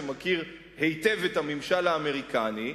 שמכיר היטב את הממשל האמריקני,